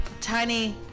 Tiny